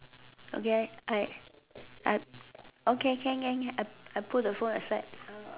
okay I I I okay can can can I I put the phone aside